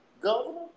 Governor